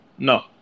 No